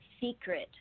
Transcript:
secret